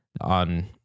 on